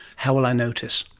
how will i notice?